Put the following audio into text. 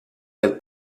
del